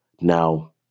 Now